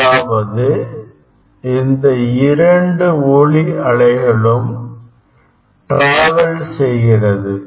அதாவது இந்த இரண்டு ஒளிஅலைகளும் டிராவல் செய்கிறது